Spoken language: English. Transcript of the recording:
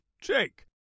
Jake